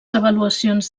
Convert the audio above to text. avaluacions